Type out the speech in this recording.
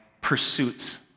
pursuits